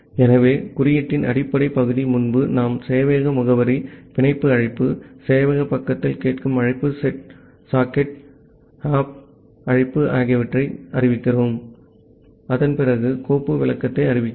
ஆகவே குறியீட்டின் அடிப்படை பகுதி முன்பு நாம் சேவையக முகவரி பிணைப்பு அழைப்பு சேவையக பக்கத்தில் கேட்கும் அழைப்பு செட் சாக் ஆப்ட் அழைப்பு ஆகியவற்றை அறிவிக்கிறோம் அதன் பிறகு கோப்பு விளக்கத்தை அறிவிக்கிறோம்